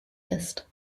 ist